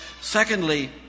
Secondly